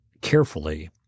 carefully